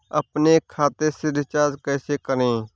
अपने खाते से रिचार्ज कैसे करें?